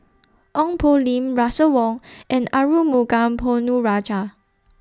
Ong Poh Lim Russel Wong and Arumugam Ponnu Rajah